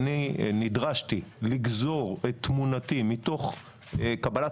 אני נדרשתי לגזור את תמונתי מתוך קבלת